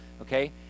okay